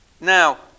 Now